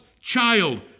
child